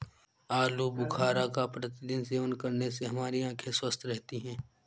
आलू बुखारा का प्रतिदिन सेवन करने से हमारी आंखें स्वस्थ रहती है